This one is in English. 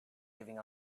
giving